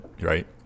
right